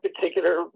particular